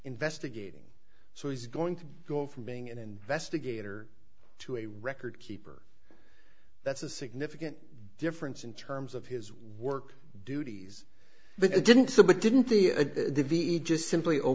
investigating so he's going to go from being an investigator to a record keeper that's a significant difference in terms of his work duties but he didn't submit didn't the v a just simply